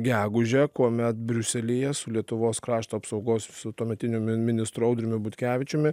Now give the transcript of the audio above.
gegužę kuomet briuselyje su lietuvos krašto apsaugos su tuometiniu ministru audriumi butkevičiumi